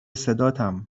صداتم